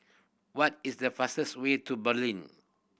what is the fastest way to Berlin